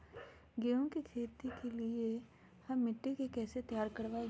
गेंहू की खेती के लिए हम मिट्टी के कैसे तैयार करवाई?